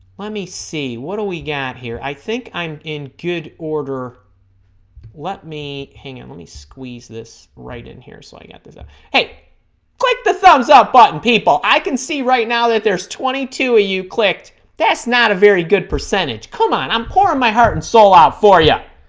let me see what do we got here i think i'm in good order let me hang out and let me squeeze this right in here so i got this up hey click the thumbs up button people i can see right now that there's twenty two a you clicked that's not a very good percentage come on i'm pouring my heart and soul out for yeah